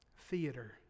theater